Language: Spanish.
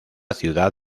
ciudad